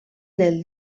del